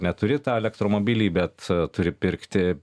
neturi tą elektromobilį bet turi pirkti